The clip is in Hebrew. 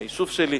מהיישוב שלי: